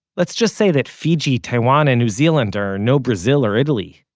let's just say that fiji, taiwan and new zealand are no brazil or italy.